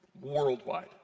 Worldwide